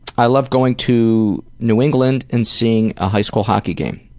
i love going to new england and seeing a high school hockey game.